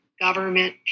government